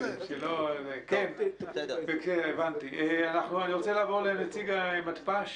אני רוצה לעבור לנציג המתפ"ש.